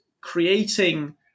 creating